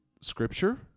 Scripture